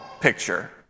picture